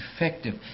effective